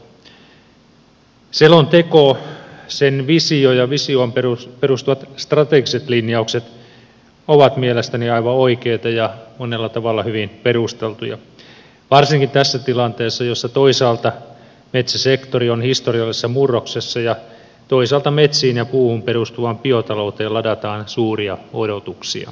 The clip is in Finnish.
selonteko sen visio ja visioon perustuvat strategiset linjaukset ovat mielestäni aivan oikeita ja monella tavalla hyvin perusteltuja varsinkin tässä tilanteessa jossa toisaalta metsäsektori on historiallisessa murroksessa ja toisaalta metsiin ja puuhun perustuvaan biotalouteen ladataan suuria odotuksia